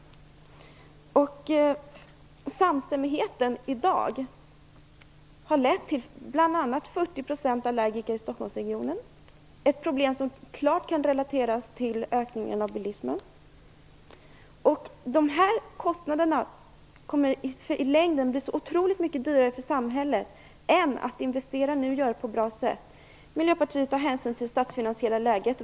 Samstämmigheten i dag har bl.a. lett till 40 % allergiker i Stockholmsregionen. Det är ett problem som klart kan relateras till ökningen av bilismen. Detta kommer i längden att kosta otroligt mycket mer för samhället än att nu investera på ett bra sätt. Miljöpartiet tar hänsyn till det statsfinansiella läget.